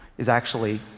is actually